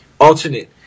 alternate